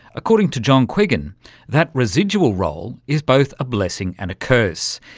according to john quiggin that residual role is both a blessing and a curse.